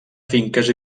finques